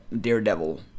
Daredevil